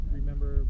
remember